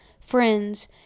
friends